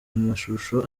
amashusho